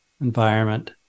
environment